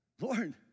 Lord